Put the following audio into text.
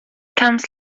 comes